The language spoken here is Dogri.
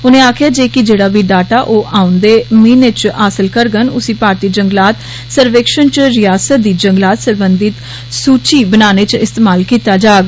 उनें आक्खेआ जे कि जेड़ा बी डाटा ओह् औंदे महीने बी हासल करंडन उसी भारतीय जंगलात सर्वेक्षण च रियासत दी जंगलात सरबंधित सूची बनाने च इस्तेमाल कीता जाग